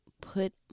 put